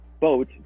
boat